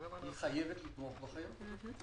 היא חייבת לתמוך בכם.